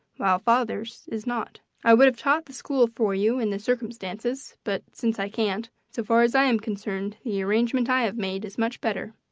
while father's is not. i would have taught the school for you, in the circumstances, but since i can't, so far as i am concerned, the arrangement i have made is much better.